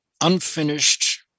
unfinished